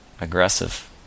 aggressive